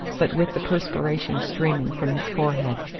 but with the perspiration streaming from his forehead.